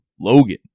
Logan